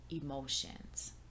emotions